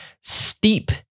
Steep